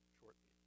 shortly